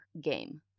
game